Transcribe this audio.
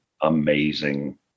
amazing